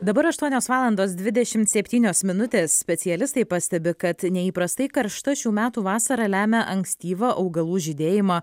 dabar aštuonios valandos dvidešimt septynios minutės specialistai pastebi kad neįprastai karšta šių metų vasara lemia ankstyvą augalų žydėjimą